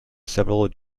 several